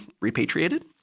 repatriated